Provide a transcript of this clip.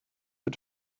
had